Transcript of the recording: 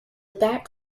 back